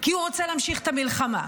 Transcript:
כי הוא רוצה להמשיך את המלחמה.